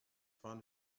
fahren